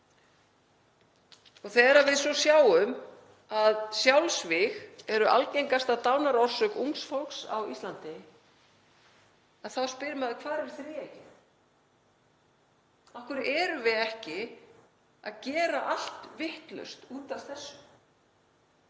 Þegar við svo sjáum að sjálfsvíg er algengasta dánarorsök ungs fólks á Íslandi þá spyr maður: Hvar er þríeykið? Af hverju erum við ekki að gera allt vitlaust út af þessu?